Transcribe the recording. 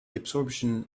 absorption